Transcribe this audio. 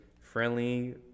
friendly